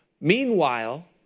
Meanwhile